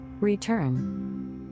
Return